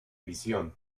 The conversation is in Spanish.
visión